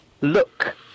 look